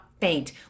faint